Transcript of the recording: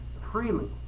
freely